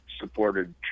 supported